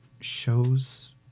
shows